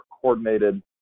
coordinated